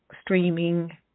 streaming